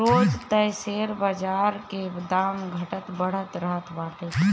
रोज तअ शेयर बाजार के दाम घटत बढ़त रहत बाटे